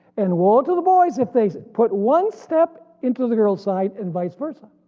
and woe to the boys if they put one step into the girls side and vice versa.